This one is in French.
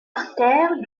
artère